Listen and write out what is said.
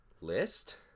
list